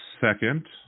second